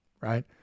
right